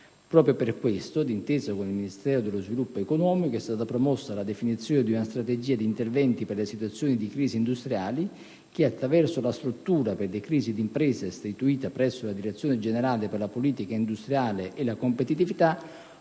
Proprio per questo, d'intesa con il Ministero dello sviluppo economico, è stata promossa la definizione di una strategia di interventi per le situazioni di crisi industriale che, attraverso la struttura per le crisi di impresa istituita presso la Direzione generale per la politica industriale e la competitività